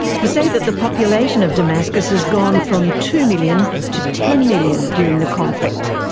you say that the population of damascus has gone from two million to ten million during the conflict.